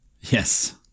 Yes